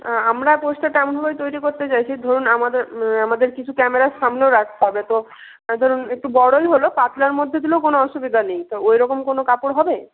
আ আমরা পোস্টারটা এমনভাবেই তৈরি কোত্তে চাইছি ধরুন আমাদের আমাদের কিছু ক্যামেরার সামনেও রাকতে হবে তো ধরুন একটু বড়োই হল পাতলার মধ্যে দিলেও কোনো অসুবিদা নেই তো ওই রকম কোনো কাপড় হবে